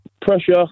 Pressure